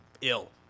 ill